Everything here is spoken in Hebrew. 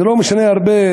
זה לא משנה הרבה,